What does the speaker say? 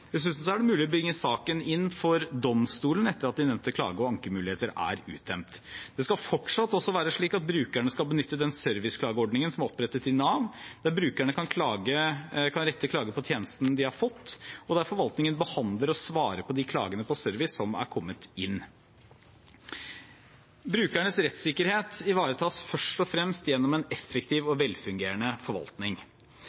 Dessuten er det mulig å bringe saken inn for domstolen etter at de nevnte klage- og ankemuligheter er uttømt. Det skal fortsatt også være slik at brukerne skal benytte den serviceklageordningen som er opprettet i Nav, dit brukerne kan rette klager på tjenesten de har fått, og der forvaltningen behandler og svarer på de klagene på service som er kommet inn. Brukernes rettssikkerhet ivaretas først og fremst gjennom en effektiv og